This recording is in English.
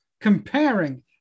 comparing